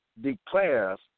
declares